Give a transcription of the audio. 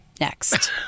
Next